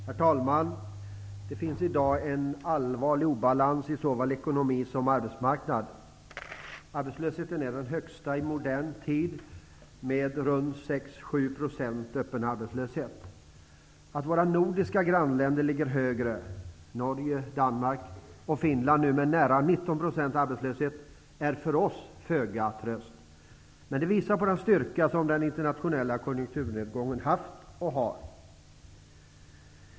Herr talman! Det finns i dag en allvarlig obalans i såväl ekonomi som arbetsmarknad. Arbetslösheten är den högsta i modern tid med runt 6--7 % öppen arbetslöshet. Att våra nordiska grannländer ligger högre -- Norge, Danmark och Finland med sin nu nära 19 % arbetslöshet -- är för oss föga tröst. Men det visar på den styrka som den internationella konjunkturnedgången har haft och har.